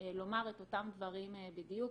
לומר את אותם דברים בדיוק.